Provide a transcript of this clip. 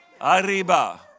Arriba